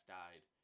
died